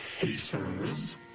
haters